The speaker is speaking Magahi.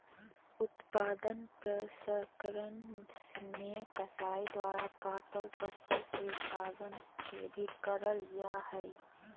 उत्पाद प्रसंस्करण मे कसाई द्वारा काटल पशु के उत्पाद के भी करल जा हई